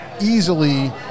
easily